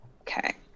Okay